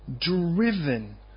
driven